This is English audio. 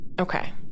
Okay